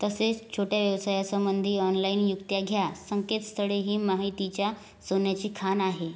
तसेच छोट्या व्यवसायासंबंधी ऑनलाईन युक्त्या घ्या संकेतस्थळे ही माहितीच्या सोन्याची खाण आहे